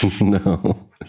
No